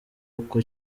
uko